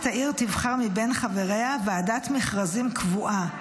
העיר תבחר מבין חבריה ועדת מכרזים קבועה,